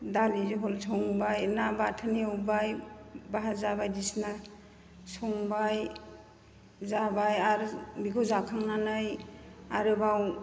दालि जहल संबाय ना बाथोन एवबाय भाजा बायदिसिना संबाय जाबाय आरो बेखौ जाखांनानै आरोबाव